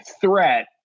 threat